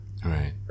right